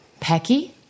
Pecky